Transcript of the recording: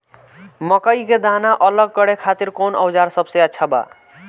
मकई के दाना अलग करे खातिर कौन औज़ार सबसे अच्छा बा?